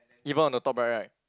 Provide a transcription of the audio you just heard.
even on the top right right